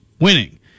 winning